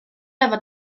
efo